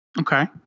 Okay